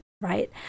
right